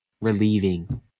relieving